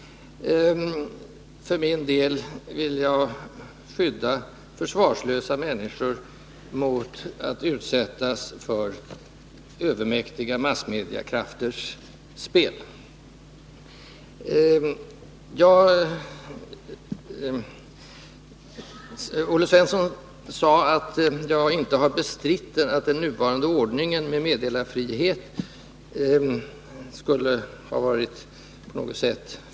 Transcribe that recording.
För min del vill jag skydda försvarslösa människor mot att utsättas för övermäktiga massmediekrafters spel. Olle Svensson sade att jag inte har bestritt att den nuvarande ordningen med meddelarfrihet fungerat utan olägenheter.